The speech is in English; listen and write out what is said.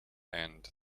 and